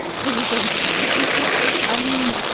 please don't stare at your colleague. i mean,